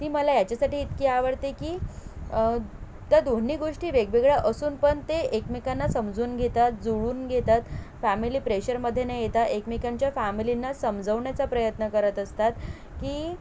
ती मला याच्यासाठी इतकी आवडते की त्या दोन्ही गोष्टी वेगवेगळ्या असून पण ते एकमेकांना समजून घेतात जुळवून घेतात फॅमिली प्रेशरमध्ये न येता एकमेकांच्या फॅमिलीना समजवण्याचा प्रयत्न करत असतात की